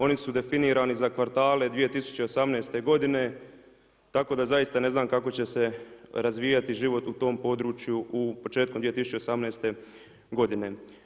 Oni su definirani za kvartale 2018. godine, tako da zaista ne znam kako će se razvijati život u tom području početkom 2018. godine.